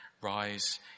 rise